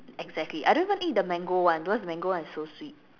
exactly I don't even eat the mango one because the mango one is so sweet